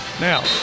Now